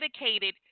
dedicated